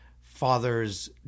Father's